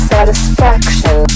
Satisfaction